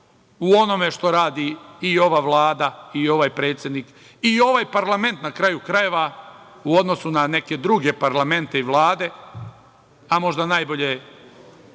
u onome što radi i ova Vlada i ovaj predsednik i ovaj parlament na kraju krajeva u odnosu na neke druge parlamente i Vlade, a možda najbolje